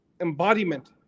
embodiment